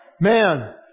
man